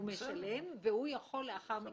הוא משלם והוא יכול לערער לאחר מכן.